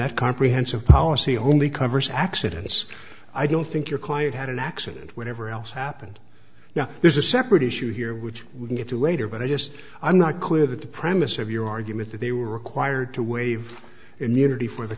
that comprehensive policy only covers accidents i don't think your client had an accident whatever else happened now there's a separate issue here which we can get to later but i just i'm not clear that the premise of your argument that they were required to waive in unity for the